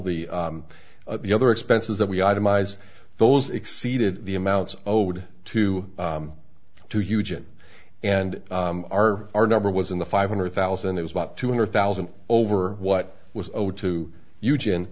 the the other expenses that we itemize those exceeded the amounts owed to two huge and and our our number was in the five hundred thousand it was about two hundred thousand over what was owed to eugne